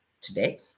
today